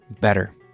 better